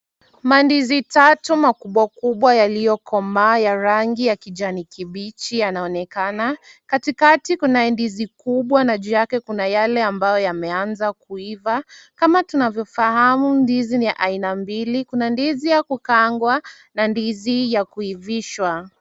Mandizi tatu makubwakubwa yaliyokomaa ya rangi ya kijani kibichi yanaonekana. Katikati kuna ndizi kubwa na juu yake kuna yale ambayo yameanza kuiva. Kama tunavyofahamu ndizi ni ya aina mbili. Kuna ndizi ya kukaangwa na ndizi ya kuivishwa.